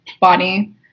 body